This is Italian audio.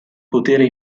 potere